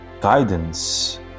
guidance